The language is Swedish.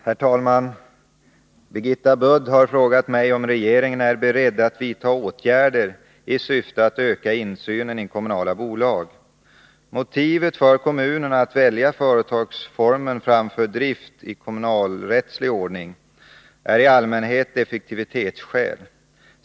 Herr talman! Birgitta Budd har frågat mig om regeringen är beredd att vidta åtgärder i syfte att öka insynen i kommunala bolag. Motivet för kommunerna att välja företagsformen framför drift i kommunalrättslig ordning är i allmänhet effektivitetsskäl.